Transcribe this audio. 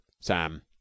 Sam